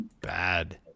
bad